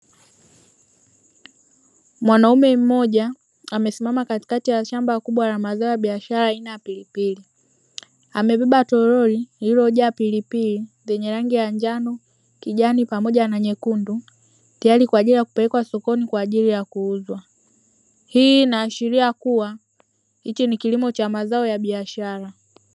Mwanaume mmoja amesimama katikati ya shamba kubwa la mazao ya biashara aina ya pilipili amebeba toroli lililojaa pilipili zenye rangi ya njano, kijani, pamoja na nyekundu tayari kwa ajili ya kupelekwa sokoni kwa ajili ya kuuzwa, hii inaashiria kuwa hicho ni kilimo cha mazao ya biashara.